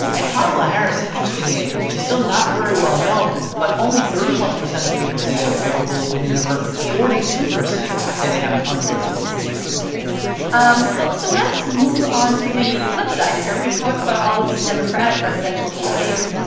and kamala harris, interestingly, she's still not very well known, but only thirty one percent of people say they have a favorable opinion of her. forty-two percent say they have an unfavorable opinion of her um well, so let's move on to the flip side here. we've talked about all of these democratic presidential candidates.